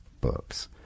books